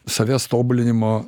savęs tobulinimo